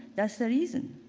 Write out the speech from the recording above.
that is the reason.